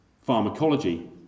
Pharmacology